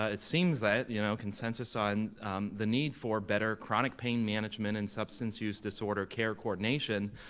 ah it seems that you know consensus on the need for better chronic pain management and substance use disorder care coordination,